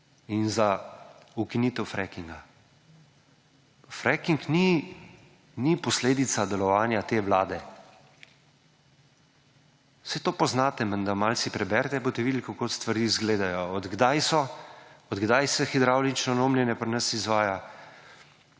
in za ukinitev frackinga. Fracking ni posledica delovanja te Vlade. Saj to poznate menda, malo si preberite in boste videli kako stvari izgledajo. Od kdaj se hidravlično lomljenje pri nas izvaja?